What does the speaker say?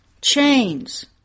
Chains